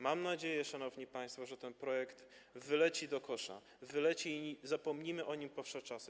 Mam nadzieję, szanowni państwo, że ten projekt wyleci do kosza, wyleci i zapomnimy o nim po wsze czasy.